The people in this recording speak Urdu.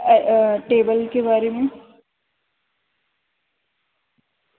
اور ٹیبل کے بارے میں